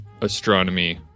astronomy